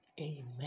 amen